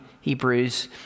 Hebrews